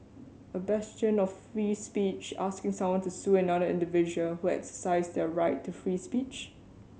a bastion of free speech asking someone to sue another individual who exercised their right to free speech